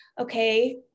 okay